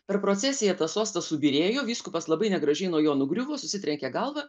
per procesiją tas sostas subyrėjo vyskupas labai negražiai nuo jo nugriuvo susitrenkė galvą